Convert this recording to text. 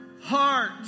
heart